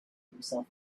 himself